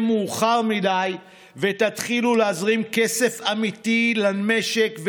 מאוחר מדי ותתחילו להזרים כסף אמיתי למשק,